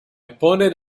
pointed